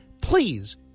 please